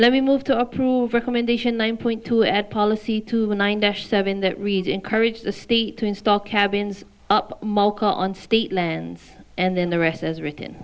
let me move to approve recommendation one point to add policy to nine dash seven that read encourage the state to install cabins on state lands and then the rest as written